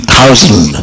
thousand